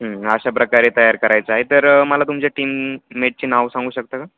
अशा प्रकारे तयार करायचा आहे तर मला तुमच्या टीममेटची नाव सांगू शकता का